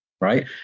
right